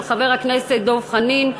של חבר הכנסת דב חנין,